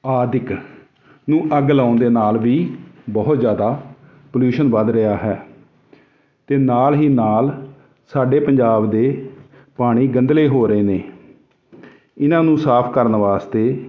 ਆਦਿਕ ਨੂੰ ਅੱਗ ਲਾਉਣ ਦੇ ਨਾਲ ਵੀ ਬਹੁਤ ਜ਼ਿਆਦਾ ਪਲਿਊਸ਼ਨ ਵੱਧ ਰਿਹਾ ਹੈ ਅਤੇ ਨਾਲ ਹੀ ਨਾਲ ਸਾਡੇ ਪੰਜਾਬ ਦੇ ਪਾਣੀ ਗੰਧਲੇ ਹੋ ਰਹੇ ਨੇ ਇਹਨਾਂ ਨੂੰ ਸਾਫ ਕਰਨ ਵਾਸਤੇ